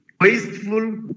wasteful